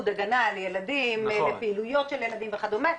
הגנה לילדים ופעילות של ילדים וכדומה,